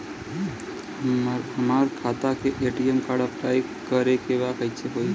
हमार खाता के ए.टी.एम कार्ड अप्लाई करे के बा कैसे होई?